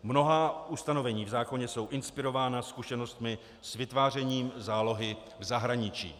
Mnohá ustanovení v zákoně jsou inspirována zkušenostmi s vytvářením zálohy v zahraničí.